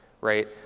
right